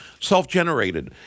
Self-generated